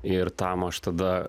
ir tam aš tada